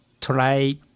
try